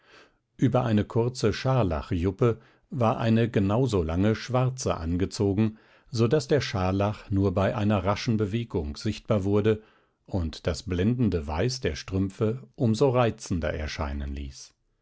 über eine kurze scharlachjuppe wurde eine genauso lange schwarze angezogen so daß der scharlach nur bei einer raschen bewegung sichtbar wurde und das blendende weiß der strümpfe um so reizender erscheinen ließ